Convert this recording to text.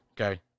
okay